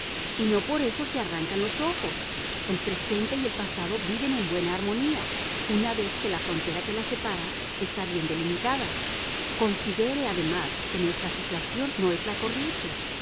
y no por eso se arrancan los ojos el presente y el pasado viven en buena harmonía una vez que la frontera que las separa está bien delimitada considere además que nuestra situación no es la corriente